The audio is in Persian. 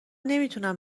نمیتونم